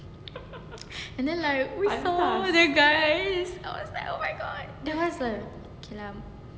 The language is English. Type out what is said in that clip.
and then like we saw the guys I was like oh my god there was a okay lah